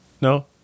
No